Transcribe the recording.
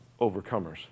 overcomers